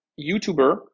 YouTuber